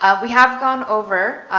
ah we have gone over.